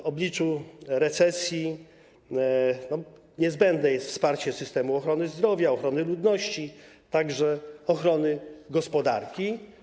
W obliczu recesji niezbędne jest wsparcie systemu ochrony zdrowia, ochrony ludności, także ochrony gospodarki.